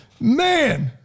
Man